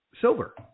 silver